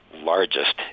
largest